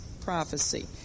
prophecy